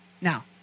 Now